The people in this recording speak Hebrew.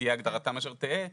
תהיה הגדרתם אשר תהא,